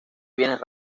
bienes